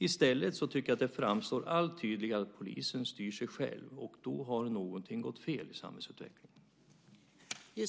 I stället tycker jag att det framstår allt tydligare att polisen styr sig själv, och då har någonting gått fel i samhällsutvecklingen.